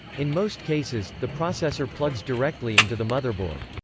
in most cases, the processor plugs directly into the motherboard.